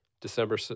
December